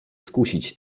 skusić